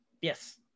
Yes